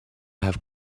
have